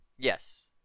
Yes